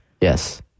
Yes